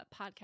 podcast